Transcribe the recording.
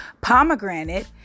pomegranate